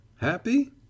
Happy